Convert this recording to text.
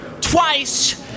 twice